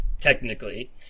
Technically